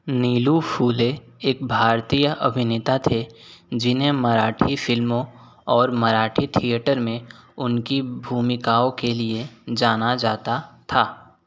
नीलू फुले एक भारतीय अभिनेता थे जिन्हें मराठी फ़िल्मों और मराठी थिएटर में उनकी भूमिकाओं के लिए जाना जाता था